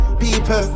people